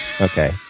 Okay